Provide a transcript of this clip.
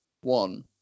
one